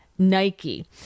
Nike